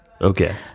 okay